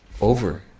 Over